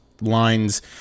lines